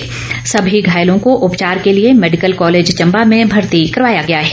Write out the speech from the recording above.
ॅसभी घायलों को उपचार के लिए मेडिकल कालेज चंबा में भर्ती करवाया गया है